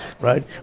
right